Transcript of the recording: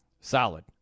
Solid